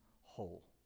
whole